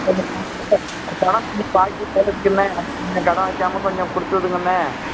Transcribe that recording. கொஞ்சம் கடன் வைக்காம கொஞ்சம் கொடுத்து விடுங்கண்ணே